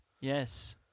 Yes